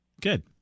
Good